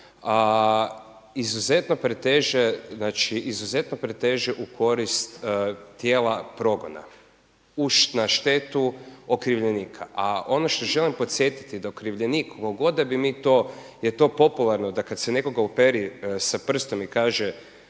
izuzetno preteže u korist tijela progona na štetu okrivljenika. A ono što želim podsjetiti da okrivljenik koliko god da bi mi to, da je to popularno da kada se u nekoga uperi sa prstom i kaže